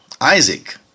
Isaac